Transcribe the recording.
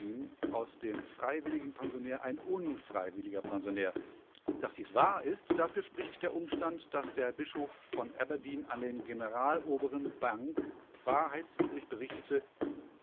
aus dem freiwilligen pensionär ein unfreiwilliger pensionär daß dies wahr ist dafür spricht der umstand daß der bischof von aberdeen an den generaloberen bank wahrheitswidrig berichtete